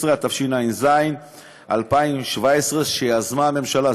116), התשע"ז 2017, שיזמה הממשלה.